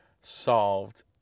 solved